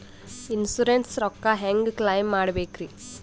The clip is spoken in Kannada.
ಇನ್ಸೂರೆನ್ಸ್ ರೊಕ್ಕ ಹೆಂಗ ಕ್ಲೈಮ ಮಾಡ್ಬೇಕ್ರಿ?